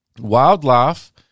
Wildlife